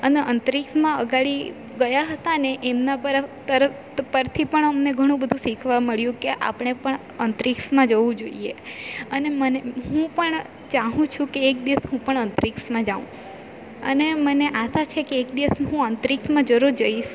અને અંતરીક્ષમાં અગાડી ગયા હતા ને એમના પર તરફ પરથી પણ અમને ઘણું બધું શીખવા મળ્યું કે આપણે પણ અંતરિક્ષમાં જવું જોઈએ અને મન મને હું પણ ચાહું છું કે એક દિવસ હું પણ અંતરિક્ષમાં જાઉં અને મને આશા છે કે એક દિવસ હું અંતરિક્ષમાં જરૂર જઈશ